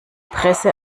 presse